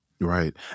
Right